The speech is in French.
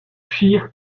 scheer